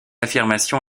affirmation